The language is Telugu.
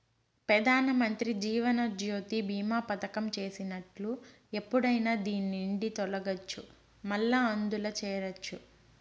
పెదానమంత్రి జీవనజ్యోతి బీమా పదకం చేసినట్లు ఎప్పుడైనా దాన్నిండి తొలగచ్చు, మల్లా అందుల చేరచ్చు